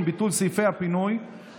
ביטול סעיפי פינוי ושינוי שם החוק),